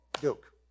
Duke